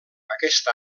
aquest